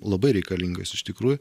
labai reikalingas iš tikrųjų